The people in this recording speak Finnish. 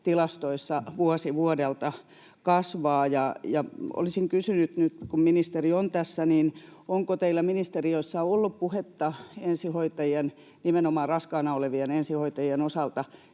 tilastoissa kasvaa vuosi vuodelta. Olisin kysynyt nyt, kun ministeri on tässä: Onko teillä ministeriössä ollut puhetta ensihoitajien, nimenomaan raskaana olevien ensihoitajien, osalta